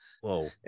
Whoa